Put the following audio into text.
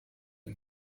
and